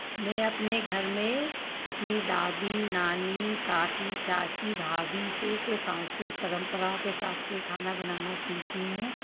मैं अपने घर में अपनी दादी नानी काकी चाची भाभी से सांस्कृतिक जो परंपराओं के हिसाब से खाना बनाना सीखी हूँ